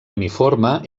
uniforme